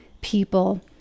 people